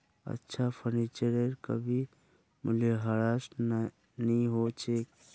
अच्छा फर्नीचरेर कभी मूल्यह्रास नी हो छेक